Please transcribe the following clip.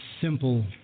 simple